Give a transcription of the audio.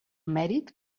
mèrit